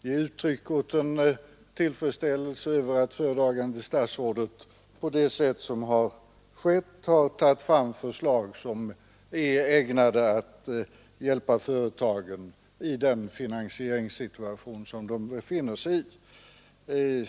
ge uttryck åt en tillfredsställelse över att föredragande statsrådet på det sätt som har skett har lagt fram förslag som är ägnade att hjälpa företagen i den finansieringssituation som de befinner sig i.